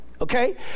okay